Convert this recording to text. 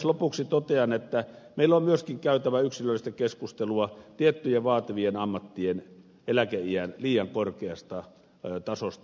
lopuksi totean että meillä on myöskin käytävä yksilöllistä keskustelua tiettyjen vaativien ammattien eläkeiän liian korkeasta tasosta